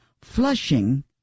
Flushing